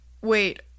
Wait